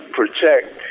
protect